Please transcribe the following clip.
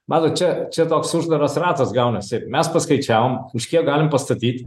matot čia čia toks uždaras ratas gaunasi mes paskaičiavom už kiek galim pastatyti